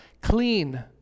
clean